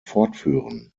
fortführen